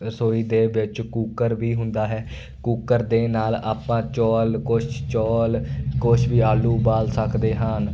ਰਸੋਈ ਦੇ ਵਿੱਚ ਕੂਕਰ ਵੀ ਹੁੰਦਾ ਹੈ ਕੂਕਰ ਦੇ ਨਾਲ ਆਪਾਂ ਚੌਲ ਕੁਛ ਚੌਲ ਕੁਛ ਵੀ ਆਲੂ ਉਬਾਲ ਸਕਦੇ ਹਨ